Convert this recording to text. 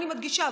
אני מדגישה,